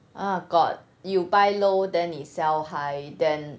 ah got you buy low then 你 sell high then